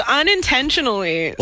unintentionally